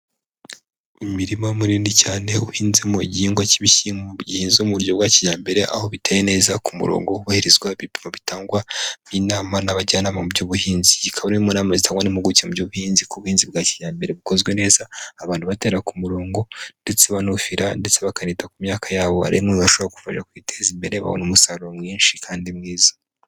Umirima munini cyane, uhinzemo igihingwa cy'ibishyimbo gihinzwe mu buryo bwa kijyambere, aho biteye neza ku murongo, hubahirizwa ibipimo bitangwa n'inama, n'abajyanama mu by'ubuhinzi, iyi akaba ari imwe mu nama zitangwa n'impuguke mu by'ubuhinzi ko ubuhinzi bwa kijyambere bukozwe neza, abantu batera ku murongo, ndetse banufira, ndetse bakanita ku myaka yabo, ari bimwe mu bishobora kubafasha kwiteza imbere, babona umusaruro mwinshi kandi mwiza.